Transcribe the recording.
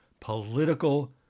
political